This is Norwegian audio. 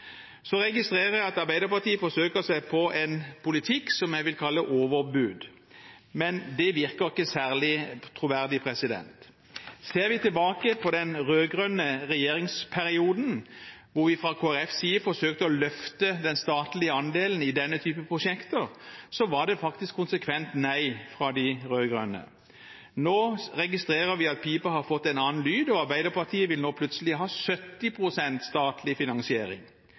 Så registrerer jeg at Arbeiderpartiet forsøker seg på en politikk som jeg vil kalle overbud, men det virker ikke særlig troverdig. Ser vi tilbake på den rød-grønne regjeringsperioden, hvor vi fra Kristelig Folkepartis side forsøkte å løfte den statlige andelen i denne typen prosjekter, var det faktisk konsekvent nei fra de rød-grønne. Nå registrerer vi at pipa har fått en annen lyd, og Arbeiderpartiet vil nå plutselig ha 70 pst. statlig finansiering.